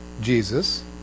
Jesus